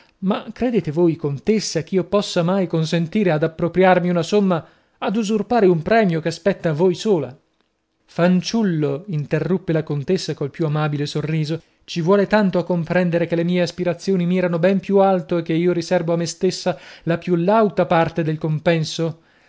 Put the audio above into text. ma credete voi contessa ch'io possa mai consentire ad appropriarmi una somma ad usurpare un premio che spetta a voi sola fanciullo interruppe la contessa col più amabile sorriso ci vuol tanto a comprendere che le mie aspirazioni mirano ben più alto e che io riserbo a me stessa la più lauta parte del compenso